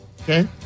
Okay